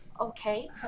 Okay